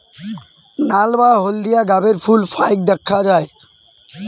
নাল বা হলদিয়া গাবের ফুল ফাইক দ্যাখ্যা যায়